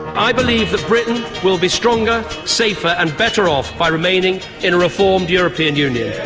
i believe that britain will be stronger, safer and better off by remaining in a reformed european union.